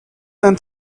and